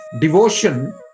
devotion